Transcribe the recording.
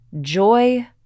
joy